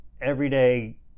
everyday